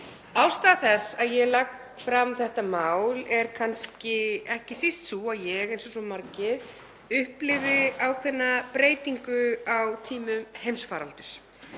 Ástæða þess að ég legg fram þetta mál er kannski ekki síst sú að ég, eins og svo margir, upplifði ákveðna breytingu á tímum heimsfaraldurs.